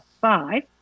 five